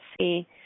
see